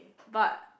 but